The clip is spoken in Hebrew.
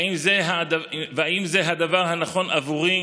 והאם זה הדבר הנכון עבורי